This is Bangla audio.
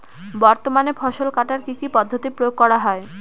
বর্তমানে ফসল কাটার কি কি পদ্ধতি প্রয়োগ করা হয়?